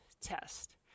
test